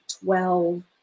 twelve